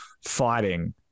fighting